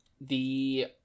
the-